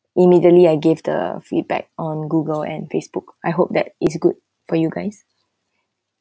immediately I gave the feedback on google and facebook I hope that it's good for you guys